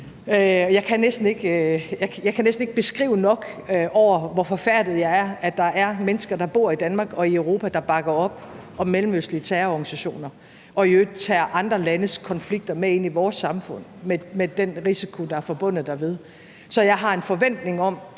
Jeg kan næsten ikke beskrive nok, hvor forfærdet jeg er over, at der er mennesker, der bor i Danmark og i Europa, der bakker op om mellemøstlige terrororganisationer og i øvrigt tager andre landes konflikter med ind i vores samfund med den risiko, der er forbundet derved. Så jeg har en forventning om,